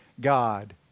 God